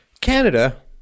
Canada